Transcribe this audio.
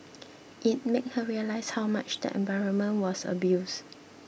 it made her realise how much the environment was abused